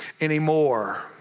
anymore